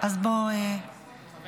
חבר